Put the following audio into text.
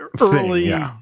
early